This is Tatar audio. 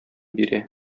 бирә